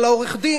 אבל העורך-הדין,